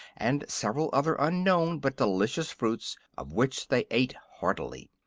and several other unknown but delicious fruits, of which they ate heartily.